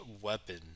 weapon